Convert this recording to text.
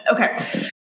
okay